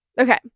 okay